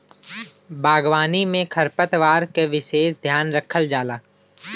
बागवानी में खरपतवार क विसेस ध्यान रखल जाला